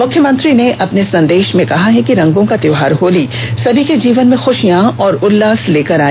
मुख्यमंत्री ने अपने संदेश में कहा है कि रंगो का त्योहार होली सभी के जीवन में खुशियां और उल्लास लेकर आए